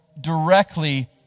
directly